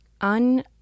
un